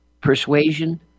persuasion